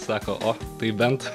sako o tai bent